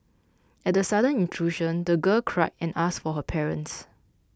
at the sudden intrusion the girl cried and asked for her parents